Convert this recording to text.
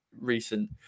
recent